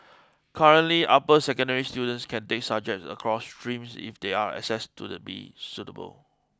currently upper secondary students can take subjects across streams if they are assessed to the be suitable